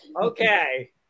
okay